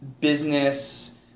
business